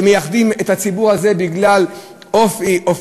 שמייחדים את הציבור הזה בגלל אופיו,